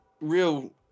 real